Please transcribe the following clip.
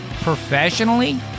professionally